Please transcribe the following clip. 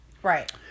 Right